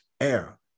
air